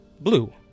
blue